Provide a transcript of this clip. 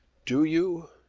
do you?